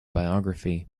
biography